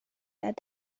that